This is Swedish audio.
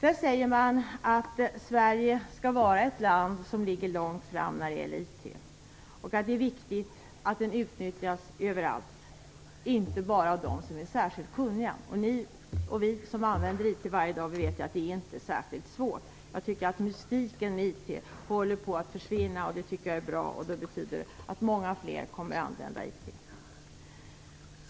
Där säger man att Sverige skall vara ett land som ligger långt fram när det gäller IT och att det är viktigt att IT utnyttjas över allt, inte bara av dem som är särskilt kunniga. Ni och vi som använder IT varje dag vet ju att det inte är särskilt svårt. Jag tycker att mystiken med IT håller på att försvinna, och det tycker jag är bra. Det betyder att många fler kommer att använda IT.